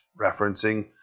referencing